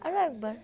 আরও একবার